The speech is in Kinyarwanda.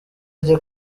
ajya